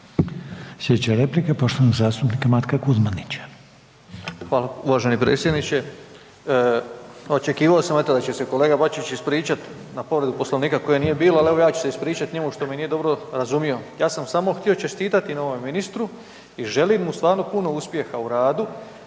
Sljedeća replika je poštovanog zastupnika Matka Kuzmanića. **Kuzmanić, Matko (SDP)** Hvala uvaženi predsjedniče. Očekivao sam eto da će se kolega Bačić ispričati na povredu Poslovnika koje nije bilo, ali evo ja ću se ispričati njemu što me nije dobro razumio. Ja sam samo htio čestitati novome ministru i želim mu stvarno puno uspjeha u radu.